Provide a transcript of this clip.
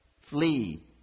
flee